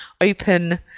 open